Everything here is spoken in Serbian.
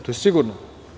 To je sigurno.